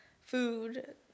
food